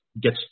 get